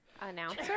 announcer